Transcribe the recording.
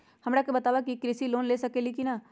हमरा के बताव कि हम कृषि लोन ले सकेली की न?